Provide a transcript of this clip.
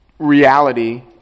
reality